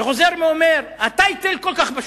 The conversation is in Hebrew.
וחוזר ואומר: ה"טייטל" כל כך פשוט,